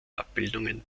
abbildungen